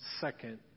second